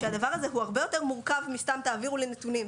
שהדבר הזה הוא הרבה יותר מורכב מסתם להגיד תעבירו לי נתונים.